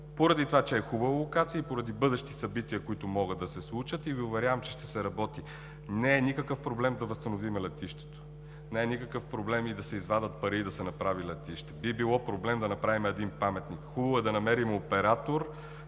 поради това че е хубава локация и поради бъдещи събития, които могат да се случат, и Ви уверявам, че ще се работи. Не е никакъв проблем да възстановим летището. Не е никакъв проблем и да се извадят пари и да се направи летище. Би било проблем да направим един паметник. Хубаво е да намерим оператор,